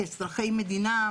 כאזרחי מדינה,